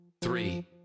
three